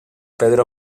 pedro